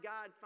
God